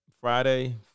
Friday